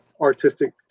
artistic